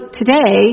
today